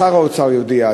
שר האוצר יודיע,